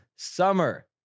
summer